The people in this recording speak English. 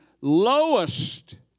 lowest